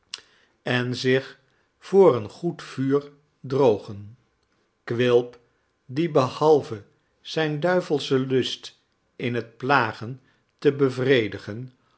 en zich voor een goed vuur drogen quilp die behalve zijn duivelschen lust in het plagen te bevredigen